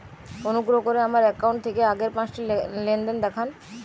অনুগ্রহ করে আমার অ্যাকাউন্ট থেকে আগের পাঁচটি লেনদেন দেখান